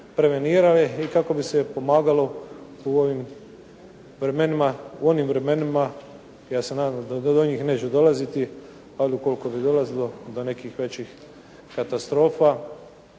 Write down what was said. prevenirale i kako bi se pomagalo u ovim vremenima. Ja se nadam da do njih neće dolaziti, ali u koliko bi dolazilo do nekih većih katastrofa